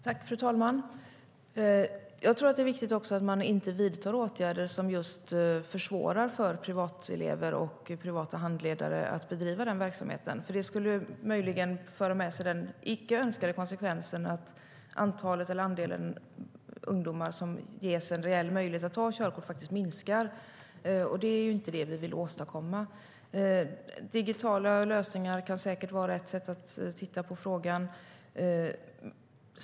Fru talman! Jag tror att det är viktigt att inte vidta åtgärder som försvårar för privatelever och privata handledare att bedriva verksamhet. Det skulle möjligen föra med sig den icke önskade konsekvensen att antalet eller andelen ungdomar som ges en reell möjlighet att ta körkort minskar. Det vill vi inte åstadkomma. Digitala lösningar kan säkert vara ett sätt att titta på frågan.